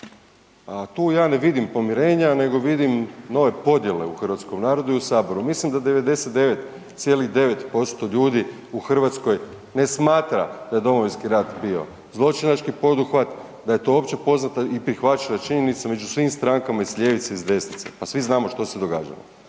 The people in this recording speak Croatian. tu ja ne vidim pomirenja, nego vidim nove podjele u hrvatskom narodu i u saboru. Mislim da 99,9% ljudi u Hrvatskoj ne smatra da je Domovinski rat bio zločinački poduhvat, da je to opće poznata i prihvaćena činjenica među svim strankama i s ljevice i s desnice, pa svi znamo što se događalo.